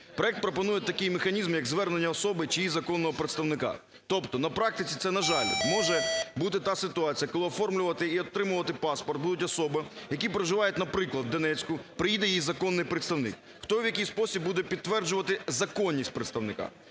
Проект пропонує такий механізм як звернення особи чи її законного представника. Тобто на практиці це, на жаль, може бути та ситуація, коли оформлювати і отримувати паспорт будуть особи, які проживають, наприклад, в Донецьку, приїде її законний представник. Хто, в якій спосіб буде підтверджувати законність представника?